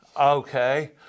Okay